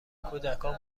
کودکان